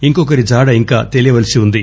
ఇంకొకరి జాడ ఇంకా తెలీయవలసి ఉంది